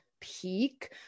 peak